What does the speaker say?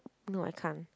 no I can't